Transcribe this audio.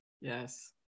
Yes